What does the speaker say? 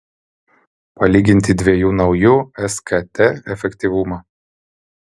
palyginti dviejų naujų skt efektyvumą